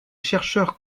chercheurs